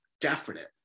definite